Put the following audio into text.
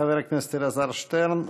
חבר הכנסת אלעזר שטרן.